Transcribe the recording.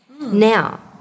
Now